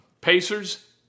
Pacers